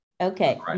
Okay